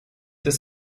des